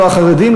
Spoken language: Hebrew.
לא החרדים,